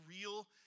real